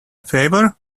favour